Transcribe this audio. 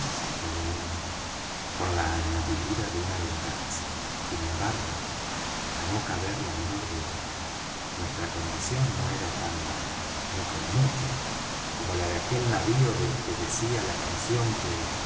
con la añadidura de una venganza sin embargo á no caber la menor duda nuestra condición no era tan mala ni con mucho como la de aquel navío del que decía la canción que